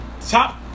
Top